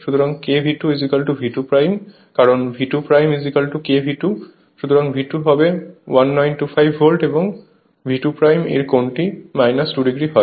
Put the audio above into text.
সুতরাং KV2 V2 কারণ V2 KV2 সুতরাং V2 হবে 1925 ভোল্ট এবং V2 এর কোণটি 2o হয়